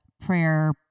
prayer